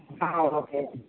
okay